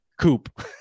coupe